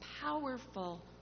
powerful